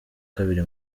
kabiri